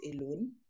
alone